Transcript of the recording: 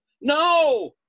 no